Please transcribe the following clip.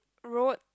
road